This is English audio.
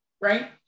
right